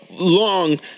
long